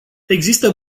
există